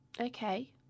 Okay